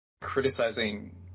criticizing